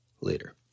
later